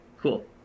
cool